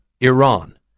Iran